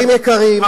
חברים יקרים,